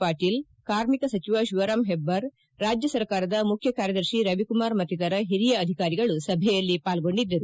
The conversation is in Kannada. ಪಾಟೀಲ್ ಕಾರ್ಮಿಕ ಸಚಿವ ಶಿವರಾಂ ಹೆಬ್ಲಾರ್ ರಾಜ್ಯ ಸರ್ಕಾರದ ಮುಖ್ಯ ಕಾರ್ಯದರ್ಶಿ ರವಿಕುಮಾರ್ ಮತ್ತಿತರ ಪಿರಿಯ ಅಧಿಕಾರಿಗಳು ಸಭೆಯಲ್ಲಿ ಪಾಲ್ಗೊಂಡಿದ್ದರು